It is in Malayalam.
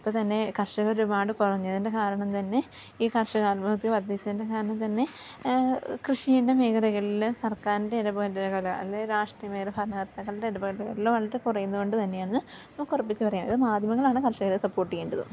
ഇപ്പോൾ തന്നെ കർഷകറൊരുപാട് കുറഞ്ഞതിൻ്റെ കാരണം തന്നെ ഈ കർഷക ആത്മഹത്യ വർദ്ധിച്ചതിൻ്റെ കാരണം തന്നെ കൃഷീൻ്റെ മേഖലകളിൽ സർക്കാരിൻ്റെ ഇടപെടലുകൾ അല്ലെങ്കിൽ രാഷ്ട്രീയമേഖല ഭരണകർത്താക്കളുടെ ഇടപെടലുകൾ വളരെ കുറയുന്നതുകൊണ്ട് തന്നെയാണ് നമുക്ക് ഉറപ്പിച്ചു പറയാം ഇത് മാധ്യമങ്ങളാണ് കർഷകരെ സപ്പോർട്ട് ചെയ്യേണ്ടതും